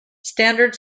standard